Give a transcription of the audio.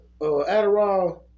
Adderall